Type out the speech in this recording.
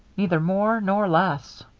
neither more nor less.